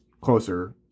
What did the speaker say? Closer